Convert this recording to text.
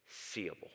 seeable